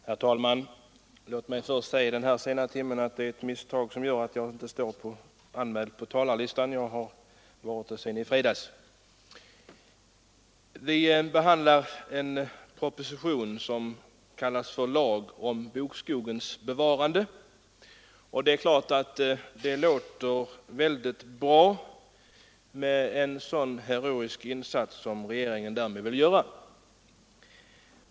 Herr talman! Låt mig i den här sena timmen först säga att det är ett misstag som gör att jag inte står antecknad på talarlistan; jag har varit anmäld sedan i fredags. Vi behandlar här en proposition med förslag till lag om bevarande av bokskog, och det är klart att det låter väldigt bra med en så heroisk insats som regeringen därmed vill göra.